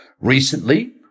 Recently